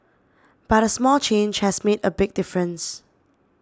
but a small change has made a big difference